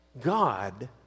God